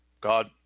God